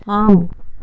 ஆம்